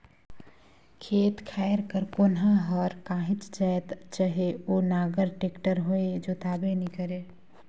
खेत खाएर कर कोनहा हर काहीच जाएत चहे ओ नांगर, टेक्टर होए जोताबे नी करे